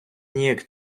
ніяк